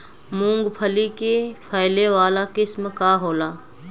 मूँगफली के फैले वाला किस्म का होला?